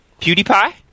pewdiepie